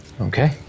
Okay